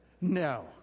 No